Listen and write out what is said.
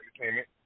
entertainment